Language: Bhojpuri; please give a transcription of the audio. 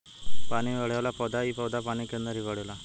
पानी में बढ़ेवाला पौधा इ पौधा पानी के अंदर ही बढ़ेला